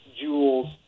jewels